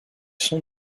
sont